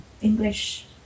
English